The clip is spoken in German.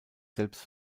selbst